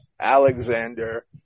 Alexander